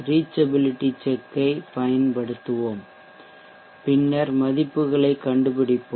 reachability check ஐ இயக்குவோம் பின்னர் மதிப்புகளைக் கண்டுபிடிப்போம்